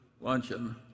luncheon